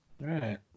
Right